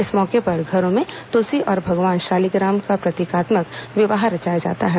इस मौके पर घरों में तुलसी और भगवान शालीग्राम का प्रतीकात्मक विवाह रचाया जाता है